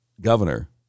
governor